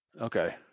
Okay